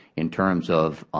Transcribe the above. in terms of